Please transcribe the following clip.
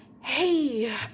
Hey